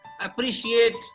appreciate